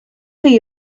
chi